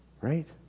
Right